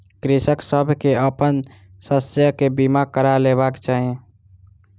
कृषक सभ के अपन शस्य के बीमा करा लेबाक चाही